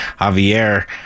Javier